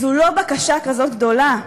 זו לא בקשה כזאת גדולה,